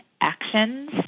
actions